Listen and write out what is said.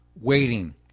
waiting